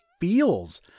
feels